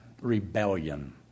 rebellion